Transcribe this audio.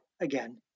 again